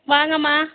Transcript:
வாங்கம்மா